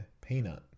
Peanut